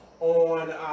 on